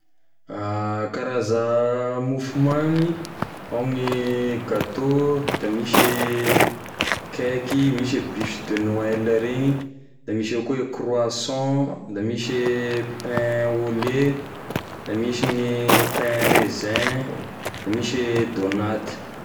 Karaza mofomamy, ao gne gateau da misy e cake, misy e buche de noel reny, da misy avao koa e croissant, misy e pain au lait, da misy gny pain raisin da misy e dônaty.